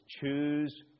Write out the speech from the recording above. choose